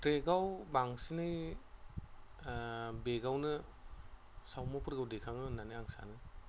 ट्रेकआव बांसिनै बेगावनो सावमुंफोरखौ दैखाङो होननानै आं सानो